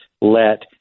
let